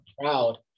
proud